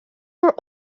were